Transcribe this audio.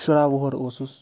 شُراہ وُہُر اوسُس